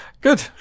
Good